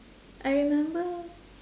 I remember